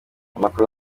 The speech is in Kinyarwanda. amakuru